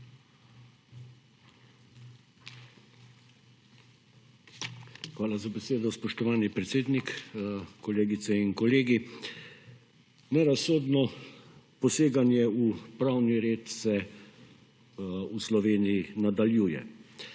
Hvala za besedo, spoštovani predsednik. Kolegice in kolegi! Nerazsodno poseganje v pravni red se v Sloveniji nadaljuje,